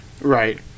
Right